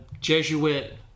Jesuit